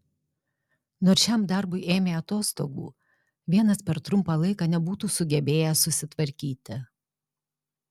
nors šiam darbui ėmė atostogų vienas per trumpą laiką nebūtų sugebėjęs susitvarkyti